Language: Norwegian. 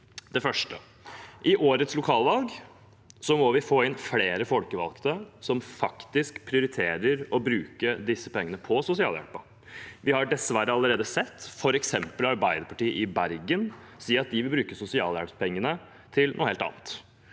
I årets lokalvalg må vi få inn flere folkevalgte som faktisk prioriterer å bruke pengene på sosialhjelp. Vi har dessverre allerede sett f.eks. Arbeiderpartiet i Bergen si at de vil bruke sosialhjelpspengene til noe helt annet.